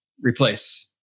replace